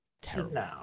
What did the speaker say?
terrible